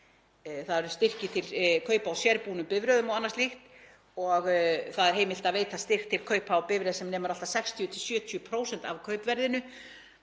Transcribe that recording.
síðast um styrki til kaupa á sérútbúnum bifreiðum og slíku og það er heimilt að veita styrk til kaupa á bifreið sem nemur allt að 60–70% af kaupverðinu.